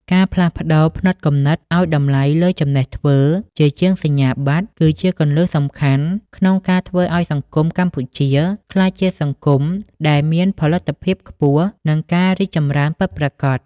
ការផ្លាស់ប្តូរផ្នត់គំនិតឱ្យតម្លៃលើចំណេះធ្វើ ជាជាងសញ្ញាបត្រ គឺជាគន្លឹះសំខាន់ក្នុងការធ្វើឱ្យសង្គមកម្ពុជាក្លាយជាសង្គមដែលមានផលិតភាពខ្ពស់ និងការរីកចម្រើនពិតប្រាកដ។